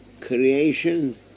creation